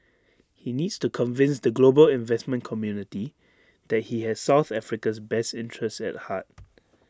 he needs to convince the global investment community that he has south Africa's best interests at heart